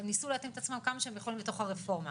הן ניסו להתאים את עצמן כמה שהם יכולים בתוך הרפורמה.